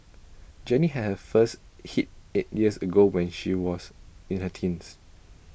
Jenny had her first hit eight years ago when she was in her teens